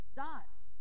dots